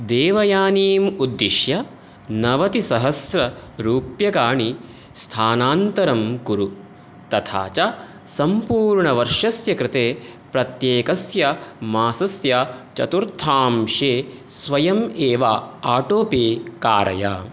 देवयानीम् उद्दिश्य नवति सहस्र रूप्यकाणि स्थानान्तरं कुरु तथा च सम्पूर्णवर्षस्य कृते प्रत्येकस्य मासस्य चतुर्थांशे स्वयम् एव आटोपे कारय